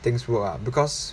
things were ah because